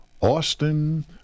Austin